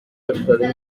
acadèmic